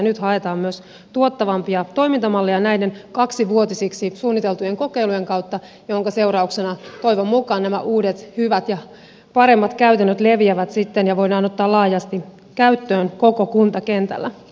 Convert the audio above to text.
nyt haetaan myös tuottavampia toimintamalleja näiden kaksivuotisiksi suunniteltujen kokeilujen kautta minkä seurauksena toivon mukaan nämä uudet hyvät ja paremmat käytännöt leviävät sitten ja voidaan ottaa laajasti käyttöön koko kuntakentällä